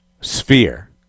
sphere